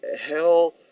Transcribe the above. hell